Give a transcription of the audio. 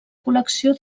col·lecció